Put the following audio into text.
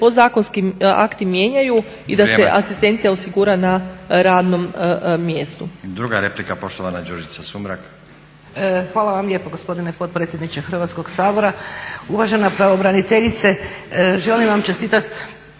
podzakonski akti mijenjaju i da se asistencija osigura na radnom mjestu.